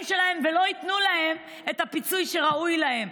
שלהם ולא ייתנו להם את הפיצוי שראוי להם?